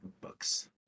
books